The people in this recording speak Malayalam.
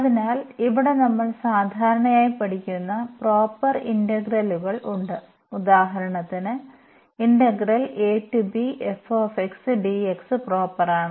അതിനാൽ ഇവിടെ നമ്മൾ സാധാരണയായി പഠിക്കുന്ന പ്രോപ്പർ ഇന്റഗ്രലുകൾ ഉണ്ട് ഉദാഹരണത്തിന് പ്രോപ്പറാണ്